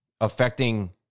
affecting